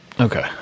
Okay